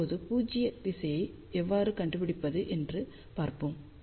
இப்போது பூஜ்ய திசையை எவ்வாறு கண்டுபிடிப்பது என்று பார்ப்போம்